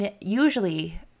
usually